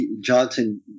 Johnson